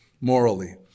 morally